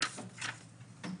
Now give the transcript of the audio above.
שר האוצר".